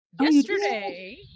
yesterday